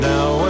Now